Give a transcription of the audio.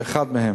שאחד מהם,